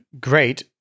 great